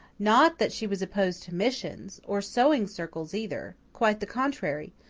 not that she was opposed to missions or sewing circles either quite the contrary,